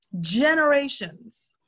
generations